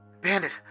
Bandit